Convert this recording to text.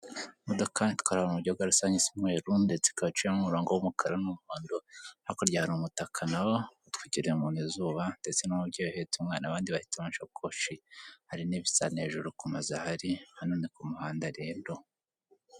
Imodoka itwara mu buryo rusange isa umweru, ndetse ikaba iciyemo umurongo w'umukara n'umuhondo. Hakurya hari umutaka na wo utwikiriye umuntu izuba ndetse n'umubyeyi uhetse umwana, abandi bahetse amashakoshi. Hari n'ibisahane hejuru ku mazu ahari hano ni ku muhanda rero.